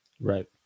Right